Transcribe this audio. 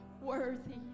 worthy